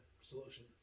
solution